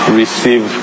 receive